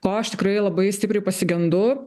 ko aš tikrai labai stipriai pasigendu